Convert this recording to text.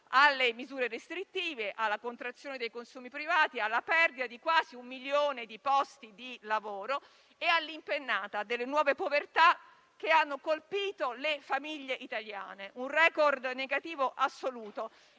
alle misure restrittive, alla contrazione dei consumi privati, alla perdita di quasi un milione di posti di lavoro e all'impennata delle nuove povertà, che hanno colpito le famiglie italiane: un *record* negativo assoluto.